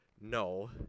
no